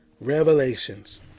Revelations